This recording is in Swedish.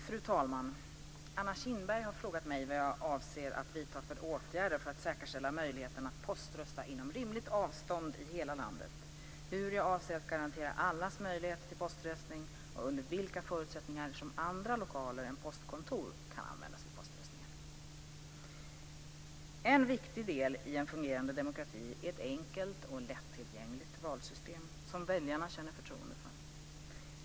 Fru talman! Anna Kinberg har frågat mig vad jag avser att vidta för åtgärder för att säkerställa möjligheten att poströsta inom rimligt avstånd i hela landet, hur jag avser att garantera allas möjlighet till poströstning och under vilka förutsättningar andra lokaler än postkontor kan användas vid poströstningen. En viktig del i en fungerande demokrati är ett enkelt och lättillgängligt valsystem, som väljarna känner förtroende för.